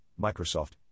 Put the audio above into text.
Microsoft